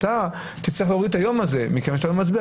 אתה תצטרך להוריד את היום הזה מכיוון שאתה לא מצביע.